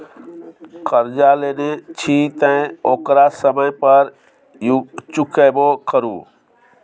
करजा लेने छी तँ ओकरा समय पर चुकेबो करु